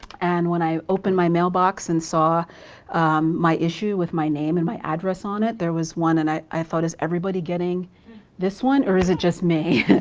and when i opened my mailbox and saw my issue with my name and my address on it there was one and i i thought is everybody getting this one or is it just me?